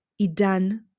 Idan